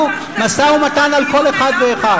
לא, משא-ומתן על כל אחד ואחד.